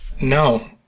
No